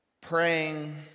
Praying